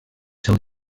seu